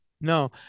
No